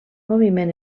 moviment